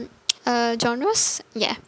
uh genres yeah